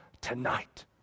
tonight